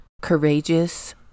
courageous